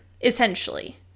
essentially